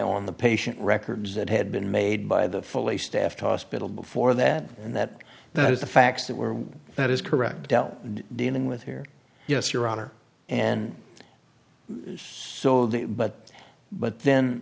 on the patient records that had been made by the fully staffed hospital before that and that that was the facts that were that is correct dealt dealing with here yes your honor and so the but but then